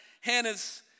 Hannah's